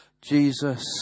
Jesus